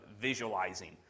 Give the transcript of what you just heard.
visualizing